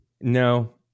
no